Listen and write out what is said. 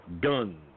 guns